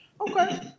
okay